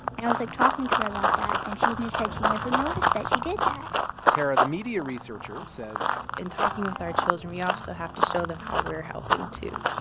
and i was, like, talking to her about that, and she you know said she never noticed that she did that tara, the media researcher, says. in talking with our children, we also have to show them how we're helping too,